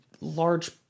large